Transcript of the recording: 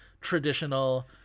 traditional